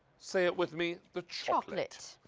say it with me, the chocolate.